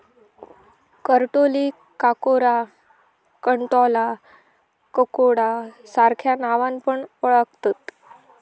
करटोलीक काकोरा, कंटॉला, ककोडा सार्ख्या नावान पण ओळाखतत